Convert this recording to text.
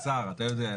זה שר, אתה יודע.